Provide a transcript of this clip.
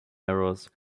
errors